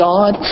God